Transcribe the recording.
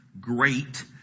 great